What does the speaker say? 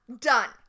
Done